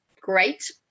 Great